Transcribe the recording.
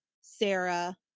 sarah